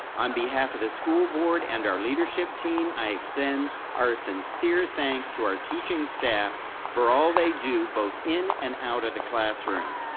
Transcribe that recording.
on behalf of the school board and our leadership team, i send our sincere thanks to our teaching staff for all they do both in and out of the classroom.